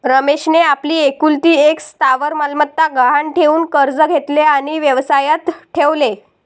रमेशने आपली एकुलती एक स्थावर मालमत्ता गहाण ठेवून कर्ज घेतले आणि व्यवसायात ठेवले